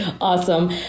Awesome